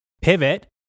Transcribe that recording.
pivot